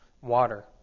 water